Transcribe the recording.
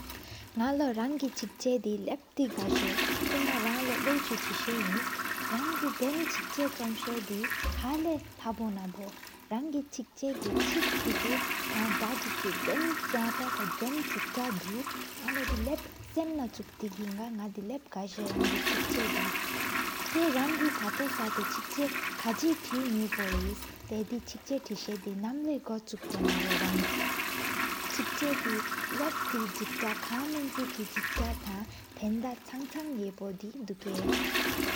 ནག་ལོ་རང་གི་གཅིག་ཆ་དི་ལབ་ཏི་གས། ཐོག་ནག་རང་ལོ་ལ་སྐྱོང་གཅིག་ཐེ་ས་ཡི་ཡིན། རང་གི་འདུལ་ཆིག་ཆ་འཇོག་ས་དི། ཁ་ལེ་ལབ་ནང་བོ་རང་གི་གཅིག་ཆ་གི། གཅིག་དྲུག་སྟངས་རྒྱུ་དྲུག་དལ་བར་གཉིས་བདུན། འདུལ་གསལ་དུ་ནག་ལོ་དུའི་ལབ་གསོལ་པ་ན། ཞིམས་ཏེ་གི་ནག་དི་ལབ་གས་རང་གི་གཅེད་དེ། ཏ་ཡེ་རང་གི་ཐ་སྟོང་གསང་གཅིག་ཅ་ཁ་གི་འདུས་ཞིབ། ཏ་ཡེ་དེ་གཅིག་ཅ་དི་ས་དི་ནམ་ལོ། གོ་ཆུ་དོ་ནང་བོ་དོ་གཅིག་ཅ་དི་ལབ་ཏི། དྲུག་ས་ཐང་ཁ་སྟེ་མེན་ཆ་གི་བདུད་དག གྲངས་གྲངས་གསྨི་དེ་དུ་དགའ།